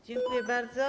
Dziękuję bardzo.